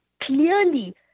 clearly